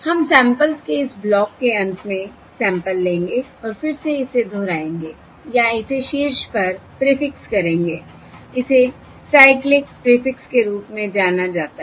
हम सैंपल्स के इस ब्लॉक के अंत से सैंपल लेंगे और फिर से इसे दोहराएंगे या इसे शीर्ष पर प्रीफिक्स करेंगे इसे साइक्लिक प्रीफिक्स के रूप में जाना जाता है